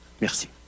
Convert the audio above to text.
merci